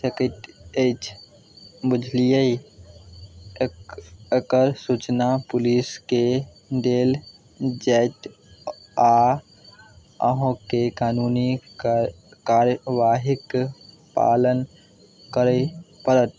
सकै अछि बुझलिए एक एकर सूचना पुलिसकेँ देल जाएत आओर अहाँकेँ कानूनी कार्यवाहीके पालन करै पड़त